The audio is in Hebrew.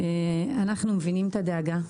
אנחנו מבינים את הדאגה.